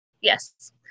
Yes